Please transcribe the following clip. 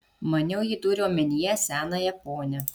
maniau ji turi omenyje senąją ponią